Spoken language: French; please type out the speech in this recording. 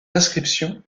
inscriptions